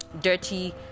dirty